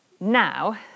Now